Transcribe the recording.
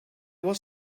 was